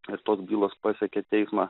ir tos bylos pasiekė teismą